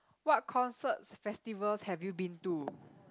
what concerts festivals have you been to